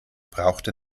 brauchte